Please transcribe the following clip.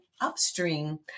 upstream